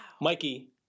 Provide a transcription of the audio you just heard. Mikey